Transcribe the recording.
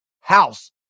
house